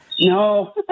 No